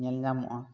ᱧᱮᱞ ᱧᱟᱢᱚᱜᱼᱟ